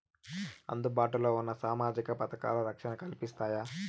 అందుబాటు లో ఉన్న సామాజిక పథకాలు, రక్షణ కల్పిస్తాయా?